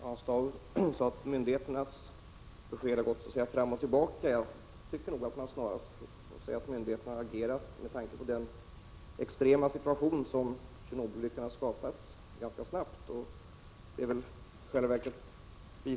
Herr talman! Hans Dau sade att myndigheternas besked har gått fram och tillbaka. Jag tycker nog att man får säga att myndigheterna med tanke på den extrema situation som Tjernobylolyckan har skapat har agerat ganska snabbt.